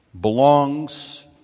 belongs